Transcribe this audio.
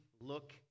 look